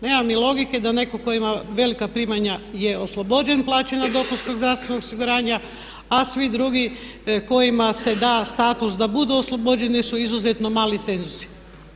Nema mi logike da netko tko ima velika primanja je oslobođen plaćanja dopunskog zdravstvenog osiguranja, a svi drugi kojima se da status da budu oslobođeni jer su izuzetno mali cenzusi.